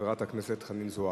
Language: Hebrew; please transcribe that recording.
חברת הכנסת חנין זועבי.